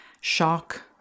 shock